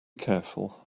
careful